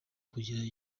kugira